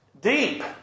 deep